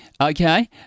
Okay